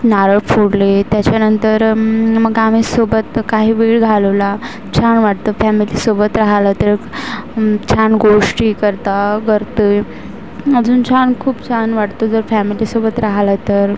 नारळ फोडले त्याच्यानंतर मग आम्ही सोबत काही वेळ घालवला छान वाटतं फॅमेलीसोबत राहिलं तर छान गोष्टी करता करतो आहे अजून छान खूप छान वाटतं जर फॅमेलीसोबत राहिलं तर